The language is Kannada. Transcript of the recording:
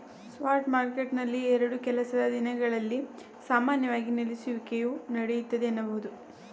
ಸ್ಪಾಟ್ ಮಾರ್ಕೆಟ್ನಲ್ಲಿ ಎರಡು ಕೆಲಸದ ದಿನಗಳಲ್ಲಿ ಸಾಮಾನ್ಯವಾಗಿ ನೆಲೆಸುವಿಕೆಯು ನಡೆಯುತ್ತೆ ಎನ್ನಬಹುದು